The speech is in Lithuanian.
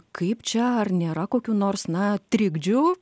kaip čia ar nėra kokių nors na trikdžių